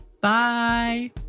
Bye